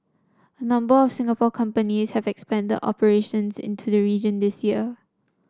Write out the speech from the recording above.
a number of Singapore companies have expanded operations into the region this year